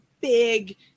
big